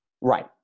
Right